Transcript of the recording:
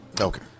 Okay